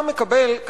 אתה מקבל,